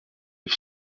les